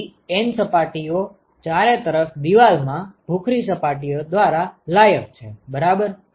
તેથી N સપાટીઓ ચારે તરફ દીવાલ માં ભૂખરી સપાટીઓ દ્વારા લાયક છે બરાબર